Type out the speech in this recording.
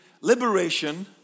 liberation